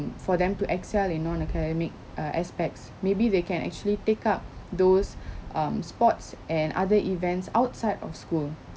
for them to excel in non academic err aspects maybe they can actually take up those um sports and other events outside of school